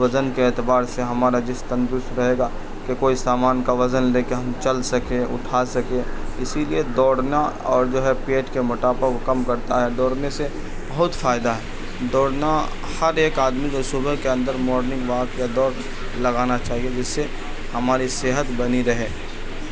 وزن کے اعتبار سے ہمارا جسم تندرست رہے گا کہ کوئی سامان کا وزن لے کے ہم چل سکیں اٹھا سکیں اسی لیے دوڑنا اور جو ہے پیٹ کے موٹاپا کو کم کرتا ہے دوڑنے سے بہت فائدہ ہے دوڑنا ہر ایک آدمی کو صبح کے اندر مورننگ واک یا دوڑ لگانا چاہیے جس سے ہماری صحت بنی رہے